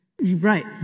Right